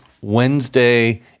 Wednesday